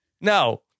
no